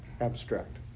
abstract